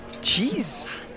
jeez